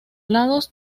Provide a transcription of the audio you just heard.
lados